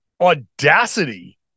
audacity